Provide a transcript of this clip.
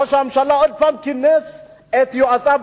ראש הממשלה עוד פעם כינס את יועציו,